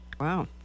Wow